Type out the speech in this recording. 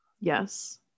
Yes